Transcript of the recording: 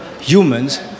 humans